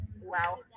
Wow